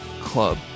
Club